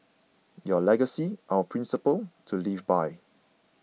your legacy our principles to live by